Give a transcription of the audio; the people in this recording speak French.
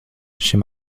chez